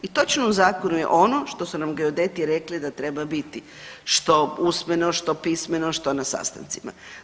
I točno u zakonu je ono što su nam geodeti rekli da treba biti, što usmeno, što pismeno, što na sastancima.